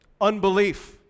Unbelief